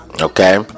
Okay